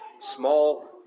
small